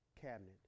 cabinet